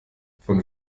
von